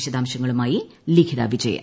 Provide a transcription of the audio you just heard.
വിശദാംശങ്ങളുമായി ലിഖിത വിജയ്ൻ